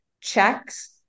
checks